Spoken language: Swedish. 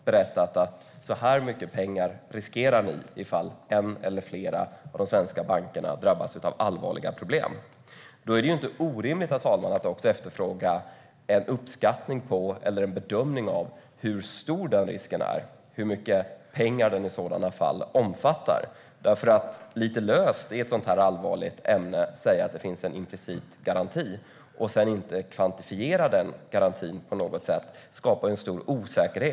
Man har sagt: Så här mycket pengar riskerar ni ifall en eller flera av de svenska bankerna drabbas av allvarliga problem. Därför är det inte orimligt, herr talman, att också efterfråga en uppskattning eller bedömning av hur stor den risken är - hur mycket pengar den i sådana fall omfattar. Att i ett så allvarligt ämne lite löst säga att det finns en implicit garanti och sedan inte kvantifiera den garantin på något sätt skapar en stor osäkerhet.